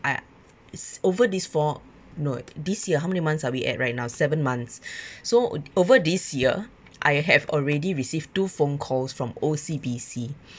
uh over these four no this year how many months are we at right now seven months so over this year I have already received two phone calls from O_C_B_C